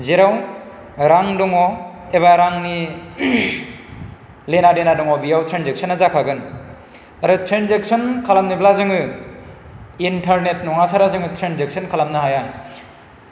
जेराव रां दङ एबा रांनि लेना दङ बेयाव ट्रेनजेकसना जाखागोन आरो ट्रेनजेकसन खालामनोब्ला जोङो इन्टारनेट नङा सारा जोङो ट्रेनजेकसन खालामनो हाया